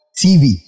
TV